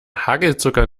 hagelzucker